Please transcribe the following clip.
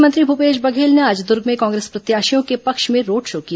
मुख्यमंत्री भूपेश बघेल ने आज दूर्ग में कांग्रेस प्रत्याशियों के पक्ष में रोड शो किया